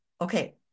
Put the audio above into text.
okay